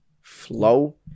flow